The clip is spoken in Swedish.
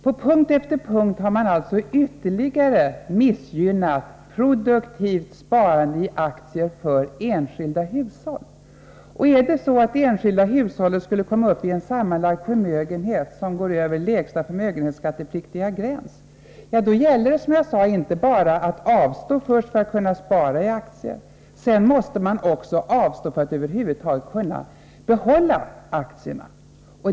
På punkt efter punkt har man ytterligare missgynnat de enskilda hushållens produktiva sparande i aktier. Om det enskilda hushållet skulle komma upp i en sammanlagd förmögenhet som överskrider det lägsta beloppet för skattepliktig förmögenhet, gäller det — som jag tidigare sagt — att inte bara avstå för att kunna spara i aktier utan att också avstå för att över huvud taget kunna behålla sina aktier.